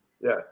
Yes